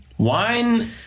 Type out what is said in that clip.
wine